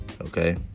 Okay